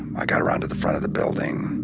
i got around to the front of the building.